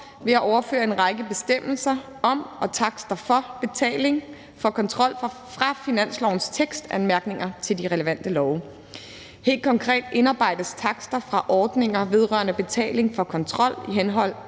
ved at overføre en række bestemmelser om og takster for betaling for kontrol fra finanslovens tekstanmærkninger til de relevante love. Helt konkret indarbejdes takster fra ordninger vedrørende betaling for kontrol i henhold